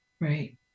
Right